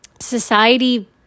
society